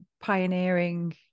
pioneering